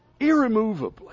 Irremovably